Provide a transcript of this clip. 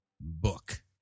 book